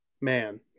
man